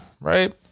right